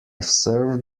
serve